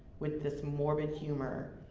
with this morbid humor.